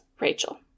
Rachel